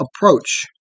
approach